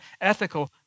ethical